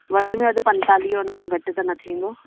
वधि में वधि पंतालीह हुन मां घटि त न थींदो